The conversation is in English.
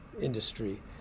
industry